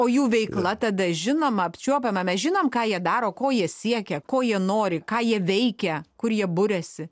o jų veikla tada žinoma apčiuopiama mes žinom ką jie daro ko jie siekia ko jie nori ką jie veikia kur jie buriasi